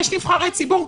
יש נבחרי ציבור,